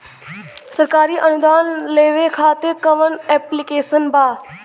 सरकारी अनुदान लेबे खातिर कवन ऐप्लिकेशन बा?